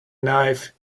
knife